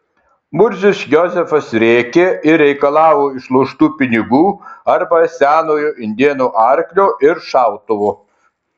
murzius jozefas rėkė ir reikalavo išloštų pinigų arba senojo indėno arklio ir šautuvo